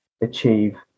achieve